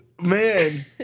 man